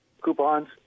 coupons